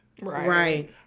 Right